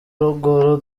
ruguru